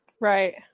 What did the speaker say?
Right